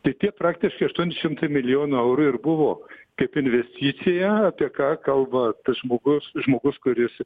tai tie praktiškai aštuoni šimtai milijonų eurų ir buvo kaip investicija apie ką kalba tas žmogus žmogus kuris